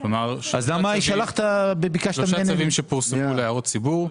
כלומר, שלושה צווים שפורסמו להערות הציבור.